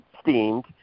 steamed